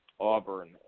Auburn